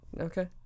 Okay